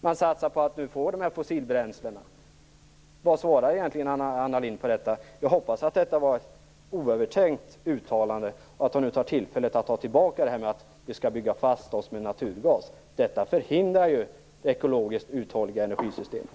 Man satsar på fossilbränslen. Vad svarar egentligen Anna Lindh på detta? Jag hoppas att det var ett oövertänkt uttalande och att hon tar tillfället att ta tillbaka påståendet att vi skall bygga fast oss med naturgas. Det förhindrar det ekologiskt uthålliga energisystemet.